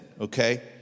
okay